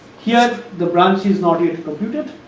here the branch is not yet computed,